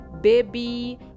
baby